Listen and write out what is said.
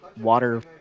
water